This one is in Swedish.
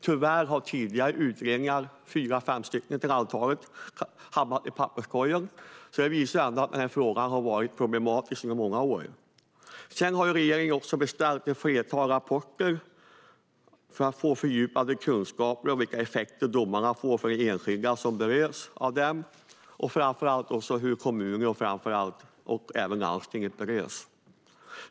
Tyvärr har tidigare utredningar - fyra fem stycken till antalet - hamnat i papperskorgen. Det visar att den här frågan har varit problematisk under många år. Regeringen har också beställt ett flertal rapporter för att få fördjupade kunskaper om vilka effekter domarna får för enskilda som berörs av dem och även om hur framför allt kommuner och landsting berörs.